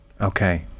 Okay